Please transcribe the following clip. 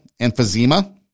emphysema